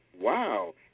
Wow